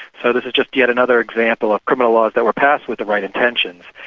so this is just yet another example of criminal laws that were passed with the right intentions,